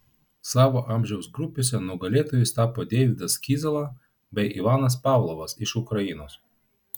savo amžiaus grupėse nugalėtojais tapo deividas kizala bei ivanas pavlovas iš ukrainos